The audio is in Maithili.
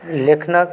लेखनक